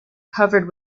covered